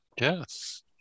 Yes